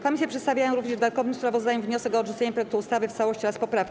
Komisje przedstawiają również w dodatkowym sprawozdaniu wniosek o odrzucenie projektu ustawy w całości oraz poprawki.